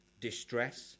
distress